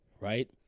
Right